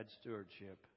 stewardship